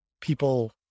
people